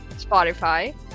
Spotify